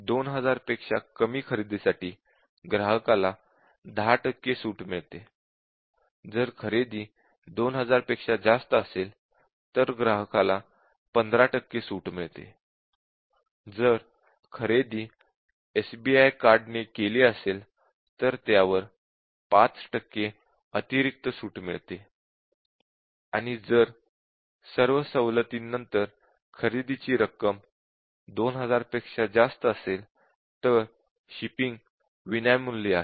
2000 पेक्षा कमी खरेदीसाठी ग्राहकाला 10 टक्के सूट मिळते जर खरेदी 2000 रुपयांपेक्षा जास्त असेल तर ग्राहकाला 15 टक्के सूट मिळते जर खरेदी एसबीआय कार्डने केली असेल तर त्यावर 5 टक्के अतिरिक्त सूट मिळते आणि जर सर्व सवलती नंतर खरेदीची रक्कम 2000 पेक्षा जास्त असेल तर शिपिंग विनामूल्य आहे